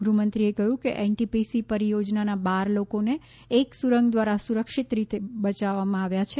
ગૃહમંત્રીએ કહ્યું કે એનટીપીસી પરિયોજનાનાં બાર લોકોને એક સુરંગ દ્વારા સુરક્ષિત રીતે બચાવવામાં આવ્યા છે